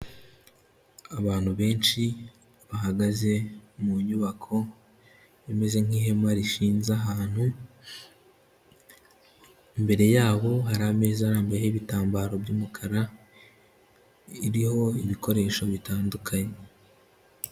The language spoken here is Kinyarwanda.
Abantu benshi bahagaze mu nyubako imeze nk'ihema rishinze ahantu, imbere yabo hari ameza arambuyeho ibitambaro by'umukara iriho ibikoresho bitandukanye.